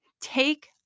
Take